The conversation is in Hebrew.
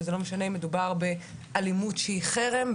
וזה לא משנה אם מדובר באלימות שהיא חרם,